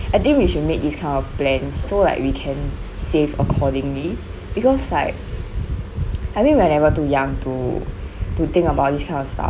I think we should make this kind of plans so like we can save accordingly because like I mean we're never too young to to think about this kind of stuff